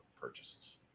purchases